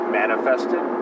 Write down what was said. manifested